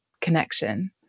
connection